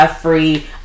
free